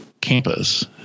campus